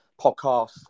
podcast